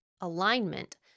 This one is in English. alignment